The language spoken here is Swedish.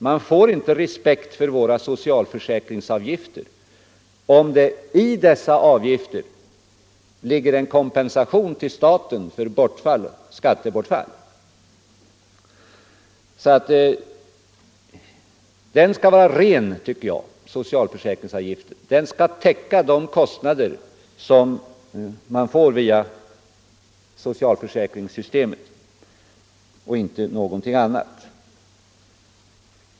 Man får inte respekt för socialförsäkringsavgifterna om det i dessa avgifter ligger en kompensation till staten för skattebortfall. Socialförsäkringsavgiften skall vara ren och täcka de kostnader man får via socialförsäkringssystemet och inte någonting annat.